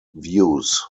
views